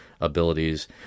abilities